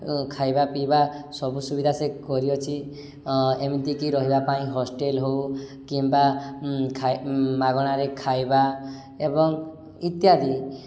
ଖାଇବା ପିଇବା ସବୁ ସୁବିଧା ସେ କରିଅଛି ଏମିତିକି ରହିବା ପାଇଁ ହଷ୍ଟେଲ ହଉ କିମ୍ବା ମାଗଣାରେ ଖାଇବା ଏବଂ ଇତ୍ୟାଦି